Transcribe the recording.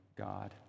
God